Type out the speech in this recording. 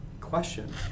question